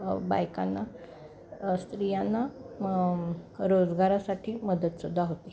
बायकांना स्त्रियांना रोजगारासाठी मदत सुद्धा होती